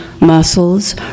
muscles